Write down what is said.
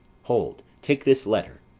hold, take this letter.